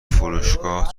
فروشگاه